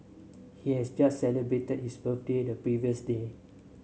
he has just celebrated his birthday the previous day